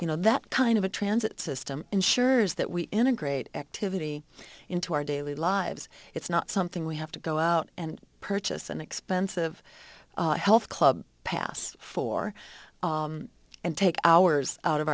you know that kind of a transit system ensures that we integrate activity into our daily lives it's not something we have to go out and purchase an expensive health club pass for and take hours out of